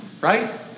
right